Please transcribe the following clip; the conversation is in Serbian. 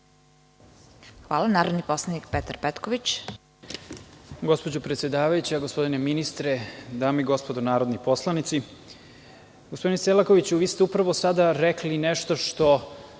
Hvala. Narodni poslanik Petar Petković.